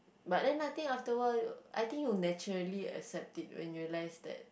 but then nothing after a while I think you naturally accept it when you realise that